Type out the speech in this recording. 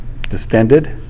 distended